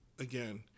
again